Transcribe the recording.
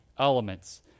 elements